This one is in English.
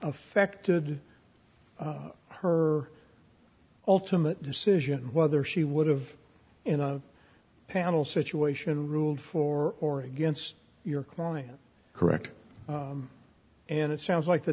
affected her ultimate decision whether she would have in a panel situation ruled for or against your client correct and it sounds like the